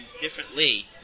differently